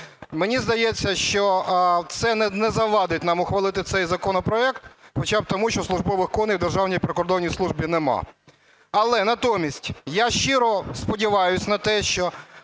Мені здається, що це не завадить нам ухвалити цей законопроект хоча б тому, що службових коней у Державній прикордонній службі нема. Але натомість я щиро сподіваюсь на те, що